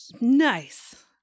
Nice